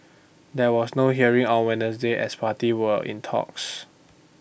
there was no hearing on Wednesday as parties were in talks